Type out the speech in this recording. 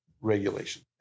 regulation